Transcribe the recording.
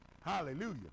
Hallelujah